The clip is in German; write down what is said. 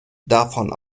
davon